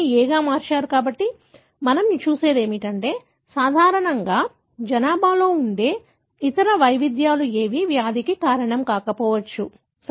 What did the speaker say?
గా మార్చారు కాబట్టి మనం చూసేది ఏమిటంటే సాధారణంగా జనాభాలో ఉండే ఇతర వైవిధ్యాలు ఏవి వ్యాధికి కారణం కాకపోవచ్చు సరే